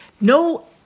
No